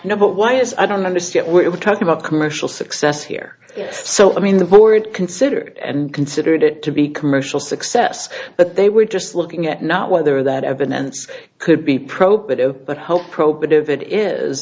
now but why as i don't understand we're talking about commercial success here so i mean the board considered and considered it to be commercial success but they were just looking at not whether that